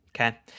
okay